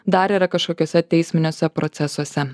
dar yra kažkokiuose teisminiuose procesuose